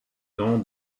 nom